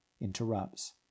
interrupts